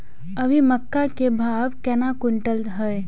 अभी मक्का के भाव केना क्विंटल हय?